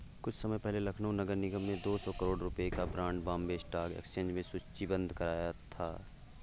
कुछ समय पहले लखनऊ नगर निगम ने दो सौ करोड़ रुपयों का बॉन्ड बॉम्बे स्टॉक एक्सचेंज में सूचीबद्ध कराया था